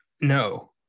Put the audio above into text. no